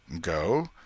Go